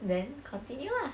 then continue ah